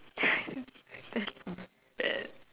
that's bad